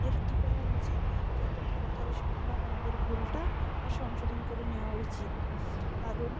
এর কি করা উচিত যত তাড়াতাড়ি সম্ভব আমাদের ভুলটা আর সংশোধন করে নেওয়া উচিত কারণ